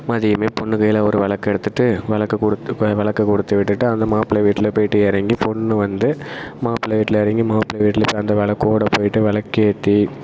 மதியமே பொண்ணு கையில் ஒரு விளக்க எடுத்துகிட்டு விளக்க கொடுத்து க விளக்க கொடுத்துவிட்டுட்டா அந்த மாப்பிளை வீட்டில போய்ட்டு இறங்கி பொண்ணு வந்து மாப்பிளை வீட்டில இறங்கி மாப்பிளை வீட்டில பெ அந்த விளக்கோட போய்ட்டு விளக்கேத்தி